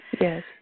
Yes